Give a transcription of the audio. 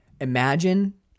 imagine